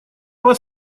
вас